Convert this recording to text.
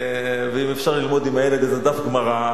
ואם אפשר ללמוד עם הילד איזה דף גמרא,